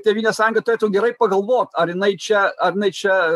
tėvynės sąjunga turėtų gerai pagalvot ar jinai čia ar jinai čia